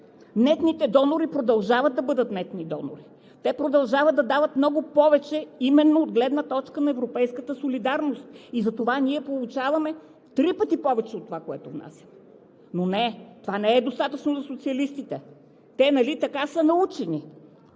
Нетните донори продължават да бъдат нетни донори. Те продължават да дават много повече, именно от гледна точка на европейската солидарност. Затова ние получаваме три пъти повече от това, което внасяме. Но не, това не е достатъчно за социалистите! Те нали така са научени